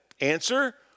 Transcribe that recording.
Answer